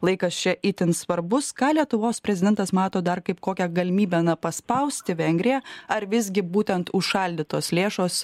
laikas čia itin svarbus ką lietuvos prezidentas mato dar kaip kokią galimybę na paspausti vengriją ar visgi būtent užšaldytos lėšos